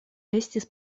estis